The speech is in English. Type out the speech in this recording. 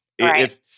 Right